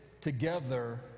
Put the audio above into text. together